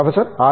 professor R